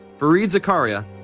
fareed zakaria,